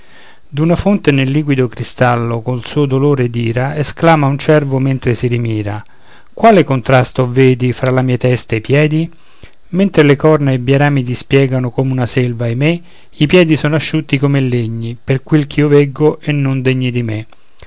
nell'acqua d'una fonte nel liquido cristallo con suo dolore ed ira esclama un cervo mentre si rimira quale contrasto oh vedi fra la mia testa e i piedi mentre le corna i bei rami dispiegano come una selva ahimè i piedi sono asciutti come legni per quel ch'io veggo e non degni di me